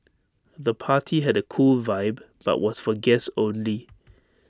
the party had A cool vibe but was for guests only